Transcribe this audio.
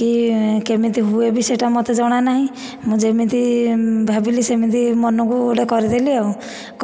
କି କେମିତି ହୁଏ ବି ସେଇଟା ମୋତେ ଜଣା ନାହିଁ ମୁଁ ଯେମିତି ଭାବିଲି ସେମିତି ମନକୁ ଗୋଟିଏ କରିଦେଲି ଆଉ